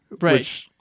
Right